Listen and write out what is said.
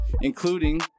including